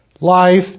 Life